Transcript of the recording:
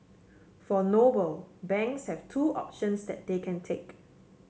for Noble banks have two options that they can take